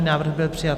Návrh byl přijat.